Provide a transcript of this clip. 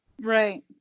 right